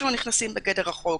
שלא נכנסים בגדר החוק,